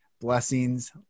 Blessings